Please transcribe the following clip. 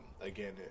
again